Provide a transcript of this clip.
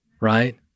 right